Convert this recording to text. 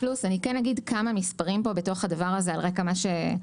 אגיד כמה מספרים פה בתוך הדבר הזה על רקע מה ששאלתם.